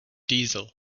diesel